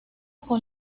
con